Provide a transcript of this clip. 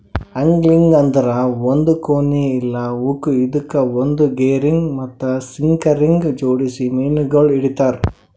angling ಅಂದುರ್ ಒಂದ್ ಕೋನಿ ಇಲ್ಲಾ ಹುಕ್ ಇದುಕ್ ಒಂದ್ ಗೆರಿಗ್ ಮತ್ತ ಸಿಂಕರಗ್ ಜೋಡಿಸಿ ಮೀನಗೊಳ್ ಹಿಡಿತಾರ್